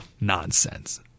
nonsense